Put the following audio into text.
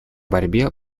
борьбе